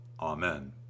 Amen